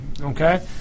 Okay